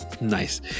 Nice